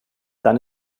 dann